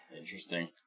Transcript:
interesting